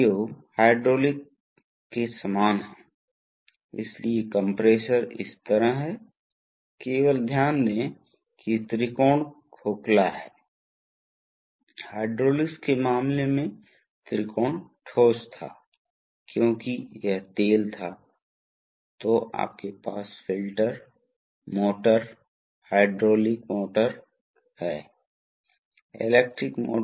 या यह एक विशेष स्ट्रोक बना सकता है जैसा कि हम देखेंगे कि आनुपातिक वाल्व या तो बल नियंत्रित या स्ट्रोक नियंत्रित हो सकते हैं इसलिए यदि आप स्ट्रोक को नियंत्रित करते हैं तो हाइड्रा यह है यह इसका कुंडल हिस्सा है ये हैं यही कारण है कि इन्हें इलेक्ट्रो हाइड्रोलिक कहा जाता है इसलिए यह हिस्सा इलेक्ट्रिकल है